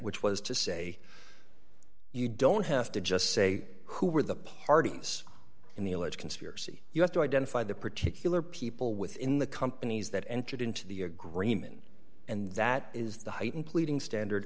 which was to say you don't have to just say who were the parties in the alleged conspiracy you have to identify the particular people within the companies that entered into the agreement and that is the heightened pleading standard